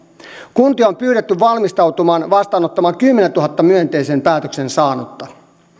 kuntia on pyydetty valmistautumaan vastaanottamaan kymmenentuhannen myönteisen päätöksen saanutta